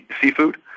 seafood